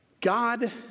God